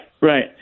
right